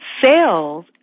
sales